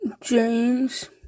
James